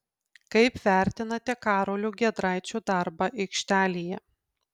kaip vertinate karolio giedraičio darbą aikštelėje